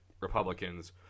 Republicans